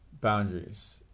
Boundaries